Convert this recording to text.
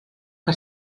que